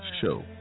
show